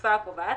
בתקופה הקובעת